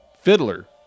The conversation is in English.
Fiddler